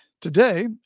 Today